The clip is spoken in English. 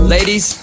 Ladies